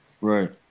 Right